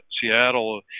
Seattle